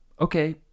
okay